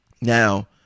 Now